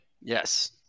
Yes